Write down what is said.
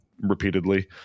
repeatedly